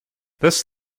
this